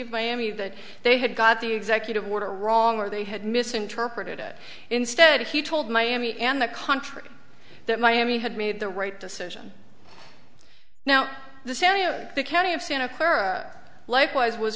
of miami that they had got the executive order wrong or they had misinterpreted it instead he told miami and the country that miami had made the right decision now the county of santa clara likewise was